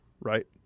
right